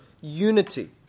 unity